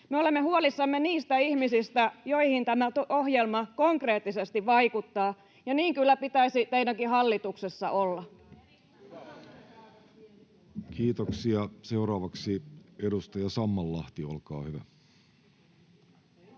Me olemme huolissamme niistä ihmisistä, joihin tämä ohjelma konkreettisesti vaikuttaa, ja niin kyllä pitäisi teidänkin hallituksessa olla. [Eveliina Heinäluoma: Työssäkäyvät